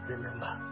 Remember